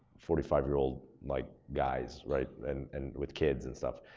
forty five year old, like guys, right and and with kids and stuff.